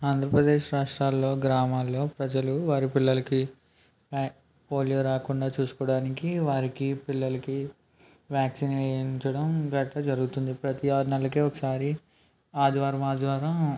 ఆంధ్రప్రదేశ్ రాష్ట్రాల్లో గ్రామాల్లో ప్రజలు వారి పిల్లలకి పోలియో రాకుండా చూసుకోవడానికి వారికీ పిల్లలకి వ్యాక్సిన్ వేయించడం గట్ర జరుగుతుంది ప్రతి ఆరు నెలలకు ఒకసారి ఆదివారం ఆదివారం